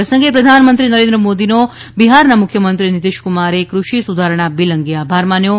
આ પ્રસંગે પ્રધાનમંત્રી નરેન્દ્ર મોદીનો બિહારના મુખ્યમંત્રી નીતિશ કુમારે ફ્રષિ સુધારણા બિલ અંગે આભાર માન્યો હતો